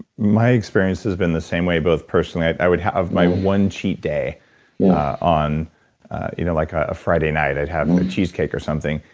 my experience has been the same way, both personally, i would have my one cheat day on you know like ah a friday night. i'd have a cheesecake or something.